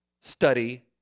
study